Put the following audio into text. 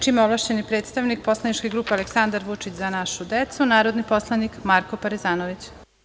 Reč ima ovlašćeni predstavnik poslaničke grupe Aleksandar Vučić – Za našu decu, narodni poslanik Marko Parezanović.